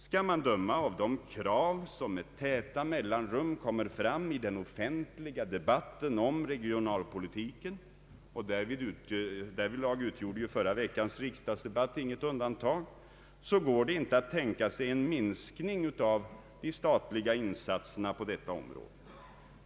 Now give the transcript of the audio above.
Skall man döma av de krav som med täta mellanrum kommer fram i den offentliga debatten om regionalpolitiken — därvidlag utgjorde ju förra veckans riksdagsdebatt inte något undantag — går det inte att tänka sig en minskning av de statliga insatserna på detta område.